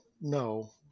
no